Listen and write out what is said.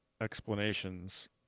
explanations